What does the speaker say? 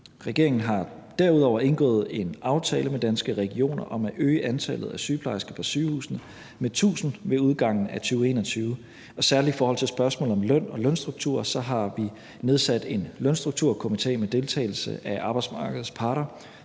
Regeringen har derudover indgået en aftale med Danske Regioner om at øge antallet af sygeplejersker på sygehusene med 1.000 ved udgangen af 2021. Og særlig i forhold til spørgsmålet om løn og lønstruktur har vi nedsat en lønstrukturkomité med deltagelse af arbejdsmarkedets parter,